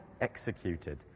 executed